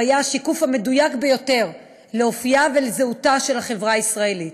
הוא היה השיקוף המדויק ביותר של אופייה וזהותה של החברה הישראלית.